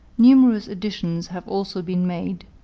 numerous additions have also been made,